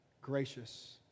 gracious